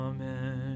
Amen